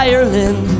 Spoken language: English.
Ireland